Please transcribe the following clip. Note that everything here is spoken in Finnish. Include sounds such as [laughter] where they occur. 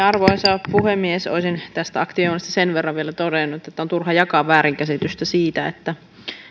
[unintelligible] arvoisa puhemies olisin tästä aktivoinnista sen verran vielä todennut että on turha jakaa väärinkäsitystä siitä että